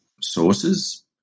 sources